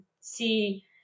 see